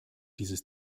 dieses